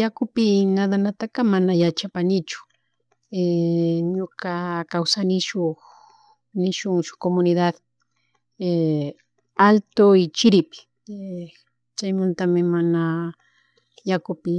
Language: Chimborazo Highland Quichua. Yakupi nadanataka mana yachapanichu ñuka kawsani shuk nishun shuk comunidad alto y chiripi y chaymuntami mana yakupi